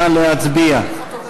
נא להצביע.